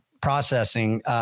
processing